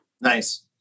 Nice